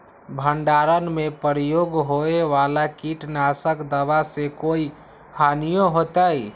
भंडारण में प्रयोग होए वाला किट नाशक दवा से कोई हानियों होतै?